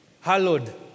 Hallowed